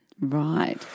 Right